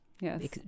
yes